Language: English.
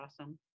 awesome